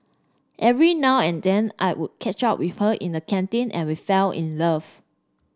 every now and then I would catch up with her in the canteen and we fell in love